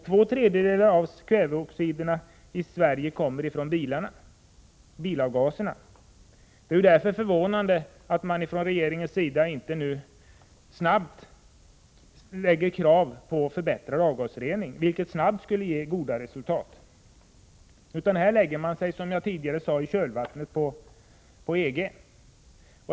Två tredjedelar av kväveoxiderna i Sverige kommer från bilavgaserna. Det är därför förvånande att man från regeringens sida inte nu snabbt ställer krav på förbättrad avgasrening, vilket snabbt skulle ge goda resultat. Man lägger sig, som jag tidigare sade, i kölvattnet på EG.